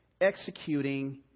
executing